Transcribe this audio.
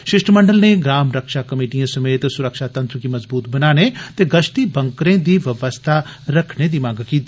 षिश्टमंडल नै ग्राम रक्षा कमेटियें समेत सुरक्षा तंत्र गी मंजबूत बनाने ते गष्ती बंकरें दी व्यवस्था रखने दी मंग कीती